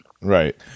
Right